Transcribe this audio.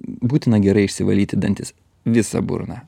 būtina gerai išsivalyti dantis visą burną